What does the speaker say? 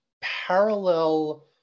parallel